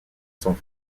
son